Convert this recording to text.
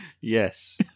yes